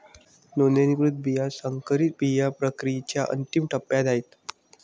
नोंदणीकृत बिया संकरित बिया प्रक्रियेच्या अंतिम टप्प्यात आहेत